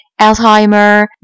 Alzheimer